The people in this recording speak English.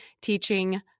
Teaching